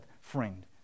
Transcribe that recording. friend